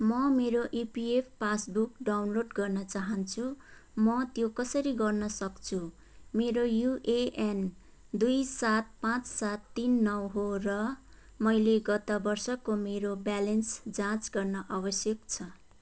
म मेरो EPF passbook download गर्न चाहन्छु म त्यो कसरी गर्न सक्छु मेरो युएएन दुई सात पाँच सात तिन नौ हो र मैले गत वर्षको मेरो ब्यालेन्स जाँच गर्न आवश्यक छ